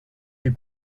des